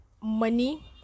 money